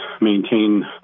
maintain